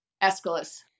Aeschylus